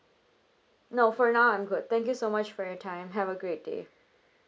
no for now I'm good thank you so much for your time have a great day